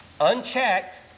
unchecked